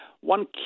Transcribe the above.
One